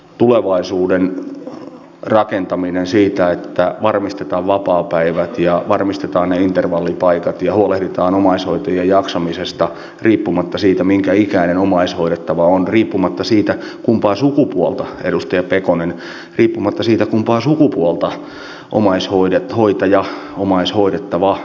tulevaisuuden rakentaminen siitä että varmistetaan kuusamossa kuvattiin vain maisemalliset osuudet ja huolehditaan omaishoitajien jaksamisesta riippumatta siitä minkä ikäinen omaishoidettava on riippumatta siitä kumpaa sukupuolta kuusamolaista erämaamökkiä edustivat otokset saksassa lehtikuusten katveessa